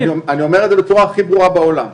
אני אומר את זה בצורה הכי ברורה בעולם,